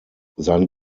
sein